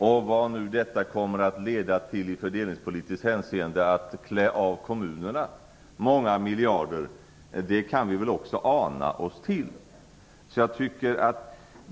Och vad förslaget att klä av kommunerna många miljarder kommer att leda till i fördelningspolitiskt hänseende kan vi väl också ana oss till.